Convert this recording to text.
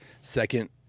second